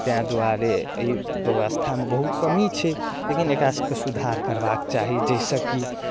तेँ दुआरे अइ व्यवस्थामे बहुत कमी छै लेकिन एकरा सबके सुधार करबाक चाही जाहिसँ की